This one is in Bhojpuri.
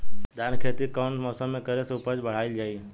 धान के खेती कौन मौसम में करे से उपज बढ़ाईल जाई?